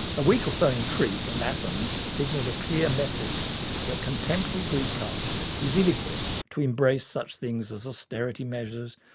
a week or so in crete and athens signalled a clear message that contemporary greek culture is ill equipped to embrace such things as austerity measures,